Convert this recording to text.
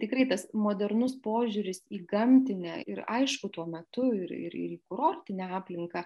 tikrai tas modernus požiūris į gamtinę ir aišku tuo metu ir ir į kurortinę aplinką